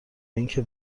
اینکه